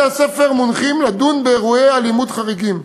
בתי-הספר מונחים לדון באירועי אלימות חריגים,